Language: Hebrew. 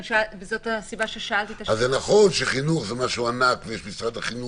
המקצועית זה רק כאלה שנתמכים או מפוקחים על ידי משרד ממשלתי,